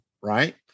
right